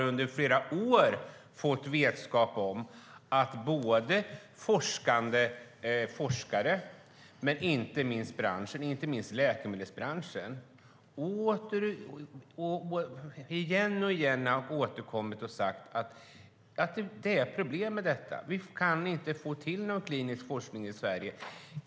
Under flera år har både forskare och inte minst läkemedelsbranschen återkommande framhållit att det finns problem. Man kan inte få till någon klinisk forskning i Sverige.